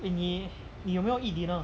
eh 你你有没有 eat dinner